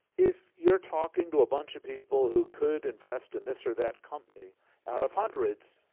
if you're talking to a bunch of people who could invest in this or that company out of hundreds,